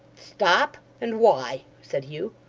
stop! and why said hugh.